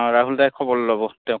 অঁ ৰাহুল দায়ে খবৰ ল'ব দিয়ক